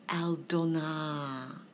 Aldona